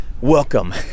Welcome